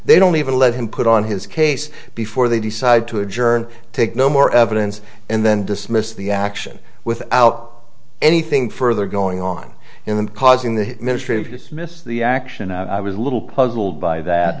they don't even let him put on his case before they decide to adjourn take no more evidence and then dismiss the action without anything further going on in them causing the ministry dismissed the action i was a little puzzled by that